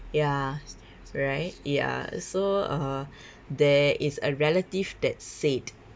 ya right ya so uh there is a relative that said